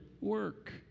work